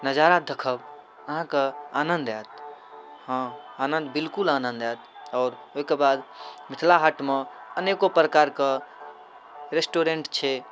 नजारा देखब अहाँके आनन्द आएत हाँ आनन्द बिलकुल आनन्द आएत आओर ओहिके बाद मिथिला हाटमे अनेको प्रकारके रेस्टोरेन्ट छै